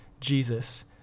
Jesus